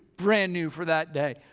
brand new for that day.